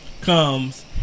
comes